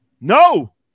No